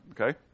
Okay